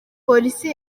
polisi